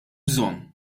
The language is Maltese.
bżonn